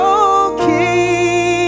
okay